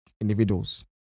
individuals